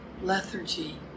lethargy